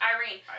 Irene